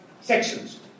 sections